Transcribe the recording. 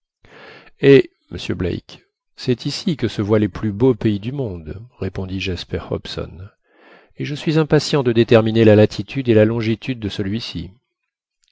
eh monsieur black c'est ici que se voient les plus beaux pays du monde répondit jasper hobson et je suis impatient de déterminer la latitude et la longitude de celui-ci